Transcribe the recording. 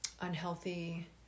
unhealthy